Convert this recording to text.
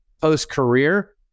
post-career